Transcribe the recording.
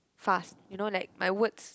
fast you know like my words